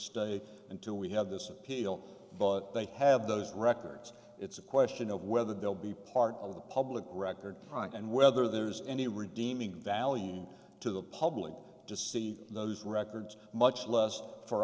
stay until we have this appeal but they have those records it's a question of whether they'll be part of the public record front and whether there is any redeeming value to the public to see those records much less for